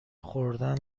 خوردن